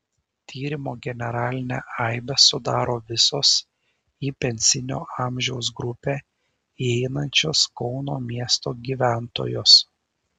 tyrimo generalinę aibę sudaro visos į pensinio amžiaus grupę įeinančios kauno miesto gyventojos